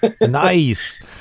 Nice